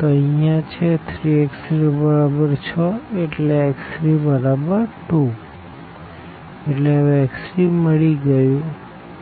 તો અહિયાં છે 3x3 બરાબર 6 એટલે x3બરાબર 2 એટલે હવે x3 મળી ગયું